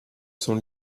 son